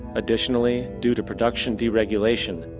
additionally, due to production-deregulation,